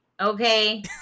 okay